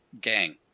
gang